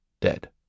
dead